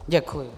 Děkuji.